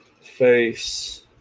face